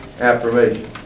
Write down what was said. affirmation